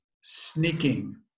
Sneaking